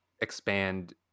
expand